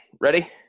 Ready